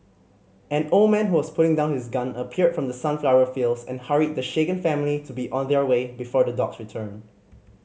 an old man who was putting down his gun appeared from the sunflower fields and hurried the shaken family to be on their way before the dogs return